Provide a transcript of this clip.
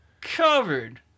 covered